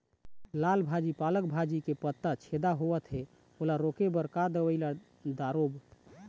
लाल भाजी पालक भाजी के पत्ता छेदा होवथे ओला रोके बर का दवई ला दारोब?